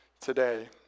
today